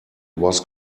was